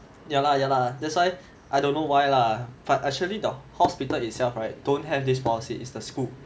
ya lah ya lah that's why I don't know why lah but actually the hospital itself right don't have this policy is the school